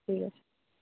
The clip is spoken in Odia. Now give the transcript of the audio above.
ଠିକ ଅଛି